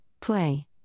Play